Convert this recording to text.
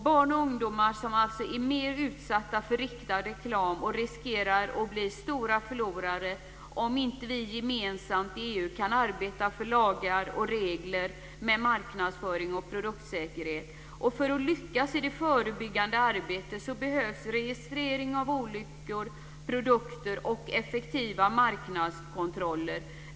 Barn och ungdomar är mer utsatta för riktad reklam, och riskerar att bli stora förlorare om vi inte gemensamt i EU kan arbeta för lagar och regler kring marknadsföring och produktsäkerhet. För att lyckas i det förebyggande arbetet behövs registrering av olyckor och produkter samt effektiva marknadskontroller.